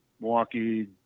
Milwaukee